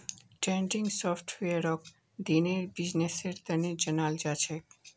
trending सॉफ्टवेयरक दिनेर बिजनेसेर तने जनाल जाछेक